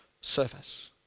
service